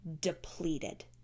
depleted